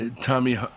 Tommy